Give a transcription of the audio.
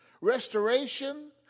restoration